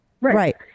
Right